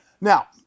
Now